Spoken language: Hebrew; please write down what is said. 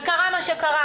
וקרה מה שקרה,